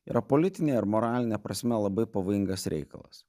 yra politine ir moraline prasme labai pavojingas reikalas